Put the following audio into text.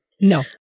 No